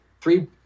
three